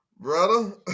Brother